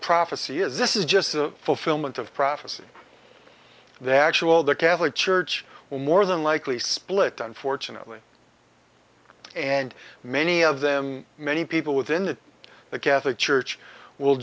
prophecy is this is just a fulfillment of prophecy the actual the catholic church will more than likely split unfortunately and many of them many people within the catholic church will